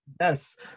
Yes